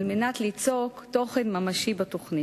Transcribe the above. על מנת ליצוק תוכן ממשי בתוכנית.